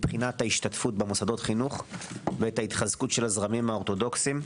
מבחינת ההשתתפות במוסדות חינוך ואת ההחזקות של הזרמים האורתודוקסיים.